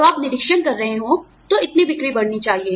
जब आप निरीक्षण कर रहे हो तो इतनी बिक्री बढ़नी चाहिए